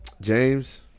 James